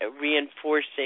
reinforcing